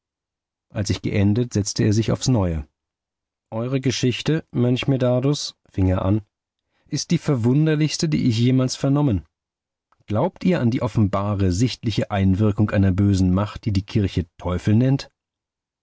als ich geendet setzte er sich aufs neue eure geschichte mönch medardus fing er an ist die verwunderlichste die ich jemals vernommen glaubt ihr an die offenbare sichtliche einwirkung einer bösen macht die die kirche teufel nennt